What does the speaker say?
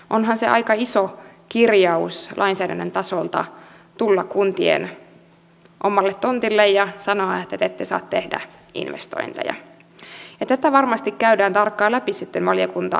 onhan se aika iso kirjaus lainsäädännön tasolta tulla kuntien omalle tontille ja sanoa että te ette saa tehdä investointeja ja tätä varmasti käydään tarkkaan läpi sitten valiokuntakäsittelyssä